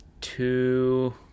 two